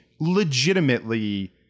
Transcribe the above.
legitimately